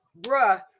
bruh